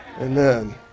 Amen